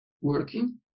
working